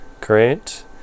Great